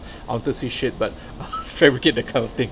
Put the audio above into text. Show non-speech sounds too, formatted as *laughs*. I want to say shit but *laughs* fabricate that kind of thing